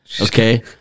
okay